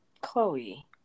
Chloe